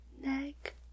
neck